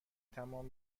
تمام